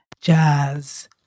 jazz